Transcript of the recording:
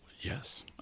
Yes